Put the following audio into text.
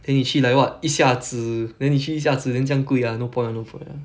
then 你去 like what 一下子 then 你去一下子 then 这样贵 lah no point lah no point ah